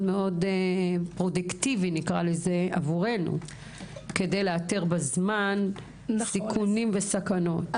פרודוקטיבי עבורנו כדי לאתר בזמן סיכונים וסכנות.